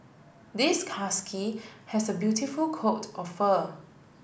this husky has a beautiful coat of fur